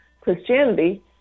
christianity